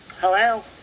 hello